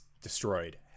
destroyed